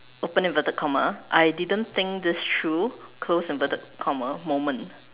open inverted comma I didn't think this through close inverted comma moment